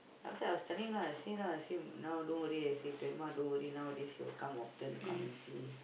then after that I was telling lah I say lah see now don't worry I say don't worry nowadays he will come often to come and see